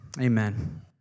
Amen